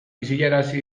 isilarazi